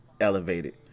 elevated